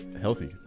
healthy